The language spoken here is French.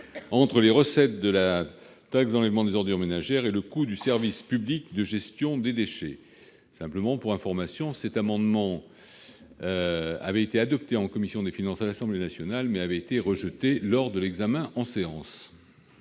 entre les recettes de la taxe d'enlèvement des ordures ménagères et le coût du service public de gestion des déchets. Pour information, cet amendement a été adopté par la commission des finances de l'Assemblée nationale, mais il a ensuite été rejeté lors de son examen en séance.